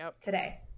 today